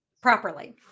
properly